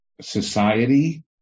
society